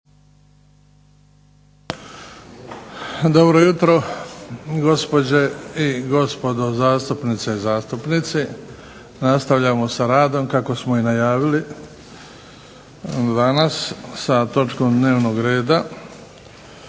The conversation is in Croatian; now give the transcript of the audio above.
Dobro jutro gospođe i gospodo zastupnice i zastupnici. Nastavljamo sa radom kako smo i najavili danas sa točkom dnevnog reda